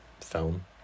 film